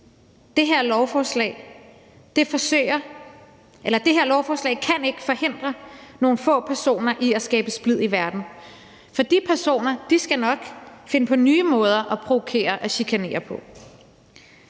Det her lovforslag kan ikke forhindre nogle få personer i at skabe splid i verden, for de personer skal nok finde på nye måder at provokere og chikanere på.